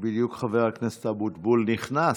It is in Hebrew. בדיוק חבר הכנסת אבוטבול נכנס.